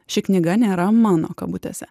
ši knyga nėra mano kabutėse